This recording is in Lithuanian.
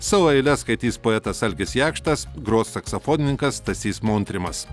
savo eiles skaitys poetas algis jakštas gros saksafonininkas stasys montrimas